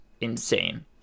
insane